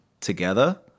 together